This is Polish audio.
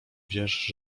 wiesz